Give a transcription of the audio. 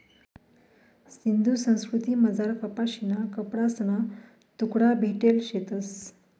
सिंधू संस्कृतीमझार कपाशीना कपडासना तुकडा भेटेल शेतंस